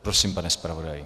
Prosím, pane zpravodaji.